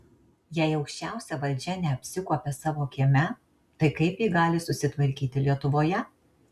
jei aukščiausia valdžia neapsikuopia savo kieme tai kaip ji gali susitvarkyti lietuvoje